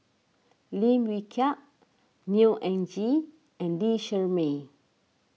Lim Wee Kiak Neo Anngee and Lee Shermay